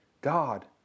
God